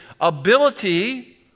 ability